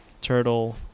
Turtle